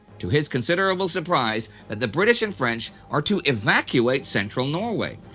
to his considerable surprise, that the british and french are to evacuate central norway.